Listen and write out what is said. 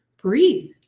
breathe